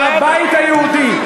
אבל הבית היהודי,